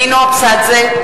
(קוראת בשמות חברי הכנסת) נינו אבסדזה,